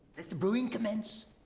let the brewing commence.